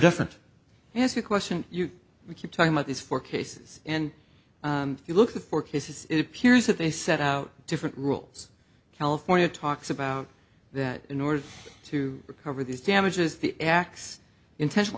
different yes we question you we keep talking about these four cases and if you look at four cases it appears that they set out different rules california talks about that in order to recover these damages the acts intentional